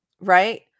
Right